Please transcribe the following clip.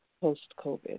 post-COVID